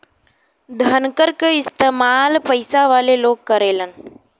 धनकर क इस्तेमाल पइसा वाले लोग करेलन